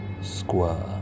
Square